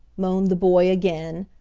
moaned the boy again,